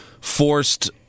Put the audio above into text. forced